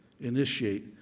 Initiate